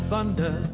Thunder